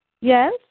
Yes